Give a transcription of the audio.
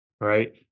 right